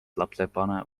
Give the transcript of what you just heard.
lapsevanem